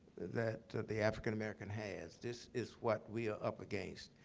that the african-american has. this is what we are up against.